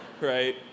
right